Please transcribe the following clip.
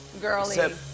girly